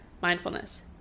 Mindfulness